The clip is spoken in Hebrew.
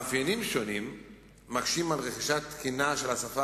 מאפיינים שונים מקשים על רכישה תקינה של השפה